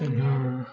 जोंहा